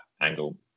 angle